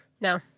No